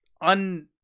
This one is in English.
un